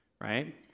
right